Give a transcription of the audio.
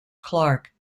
clark